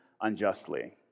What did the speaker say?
unjustly